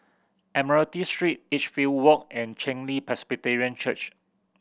Admiralty Street Edgefield Walk and Chen Li Presbyterian Church